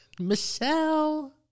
Michelle